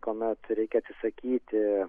kuomet reikia atsisakyti